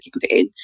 campaign